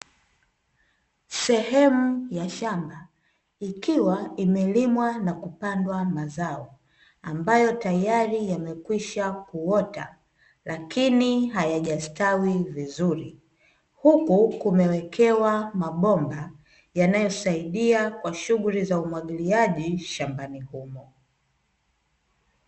Sehemu ya shamba ikiwa imelimwa na kupandwa mazao ambayo tayari yamekwisha kuota lakini hayajastawi vizuri, huku kumewekewa mabomba yanayosaidia kwa shughuli za umwagiliaji shambani humo.